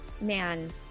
man